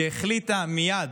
שהחליטה מייד,